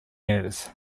years